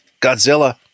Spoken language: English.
Godzilla